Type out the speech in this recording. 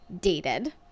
dated